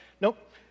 nope